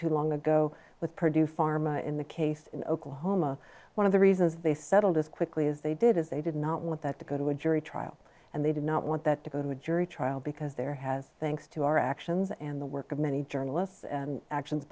too long ago with purdue pharma in the case in oklahoma one of the reasons they settled as quickly as they did is they did not want that to go to a jury trial and they did not want that to go to a jury trial because there has thanks to our actions and the work of many journalists and actions